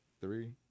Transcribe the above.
three